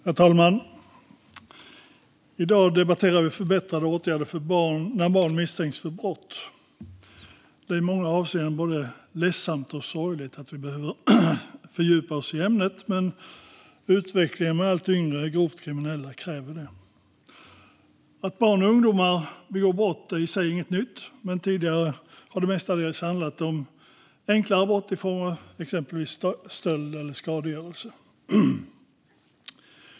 Herr talman! I dag debatterar vi förbättrade åtgärder när barn misstänks för brott. Det är i många avseenden både ledsamt och sorgligt att vi behöver fördjupa oss i ämnet, men utvecklingen med allt yngre grovt kriminella kräver det. Att barn och ungdomar begår brott är i sig inget nytt, men tidigare har det mestadels handlat om enklare brott i form av exempelvis stöld och skadegörelse.